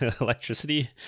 electricity